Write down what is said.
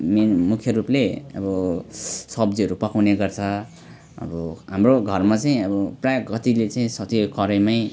main मुख्य रूपले अब सब्जीहरू पकाउने गर्छ अब हाम्रो घरमा चाहिँ अब प्रायः कतिले चाहिँ यो साँच्चै यो कराहीमै